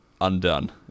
undone